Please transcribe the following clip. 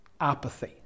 apathy